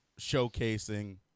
showcasing